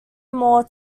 more